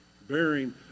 bearing